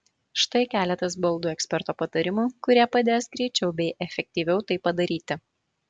štai keletas baldų eksperto patarimų kurie padės greičiau bei efektyviau tai padaryti